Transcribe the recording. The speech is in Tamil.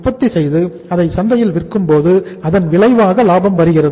உற்பத்தி செய்து அதை சந்தையில் விற்கும்போது அதன் விளைவாக லாபம் வருகிறது